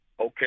Okay